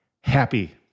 happy